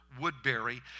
Woodbury